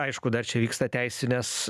aišku dar čia vyksta teisinės